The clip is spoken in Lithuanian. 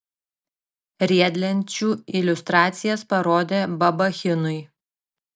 riedlenčių iliustracijas parodė babachinui